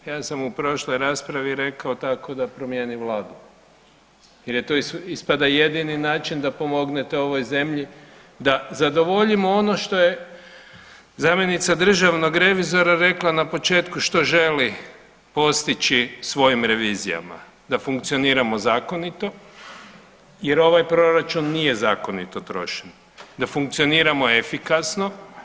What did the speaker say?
Ja sam u prošloj raspravi rekao tako da promijeni Vladu jer to ispada jedini način da pomognete ovoj zemlji da zadovoljimo ono što je zamjenica državnog revizora rekla na početku što želi postići svojim revizijama da funkcioniramo zakonito jer ovaj proračun nije zakonito trošen, da funkcioniramo efikasno.